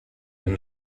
and